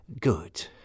Good